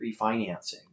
refinancing